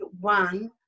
one